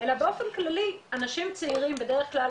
אלא באופן כללי אנשים צעירים בדרך כלל